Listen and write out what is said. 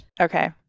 Okay